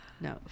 No